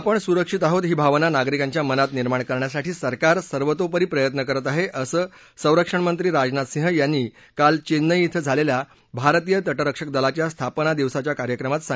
आपण सुरक्षित आहोत ही भावना नागरिकांच्या मनात निर्माण करण्यासाठी सरकार सर्वोतोपरी प्रयत्न करत आहे असं केंद्रीय संरक्षण मंत्री राजनाथ सिंग यांनी काल चेन्नई इथं झालेल्या भारतीय तटरक्षक दलाच्या स्थापना दिवसाच्या कार्यक्रमात केली